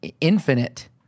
infinite